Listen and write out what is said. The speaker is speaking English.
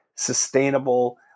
sustainable